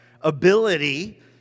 ability